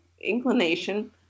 inclination